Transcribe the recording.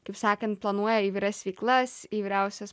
kaip sakant planuoja įvairias veiklas įvairiausias